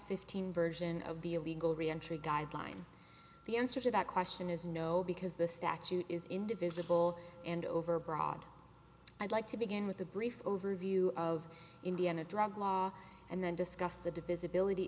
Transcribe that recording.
fifteen version of the illegal re entry guideline the answer to that question is no because the statute is indefensible and overbroad i'd like to begin with a brief overview of indiana drug law and then discuss the divisibility